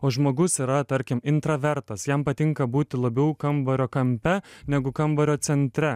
o žmogus yra tarkim intravertas jam patinka būti labiau kambario kampe negu kambario centre